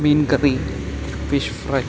മീൻകറി fish fry